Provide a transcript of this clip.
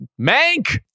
Mank